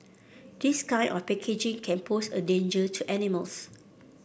this kind of packaging can pose a danger to animals